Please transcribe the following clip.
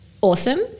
awesome